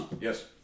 Yes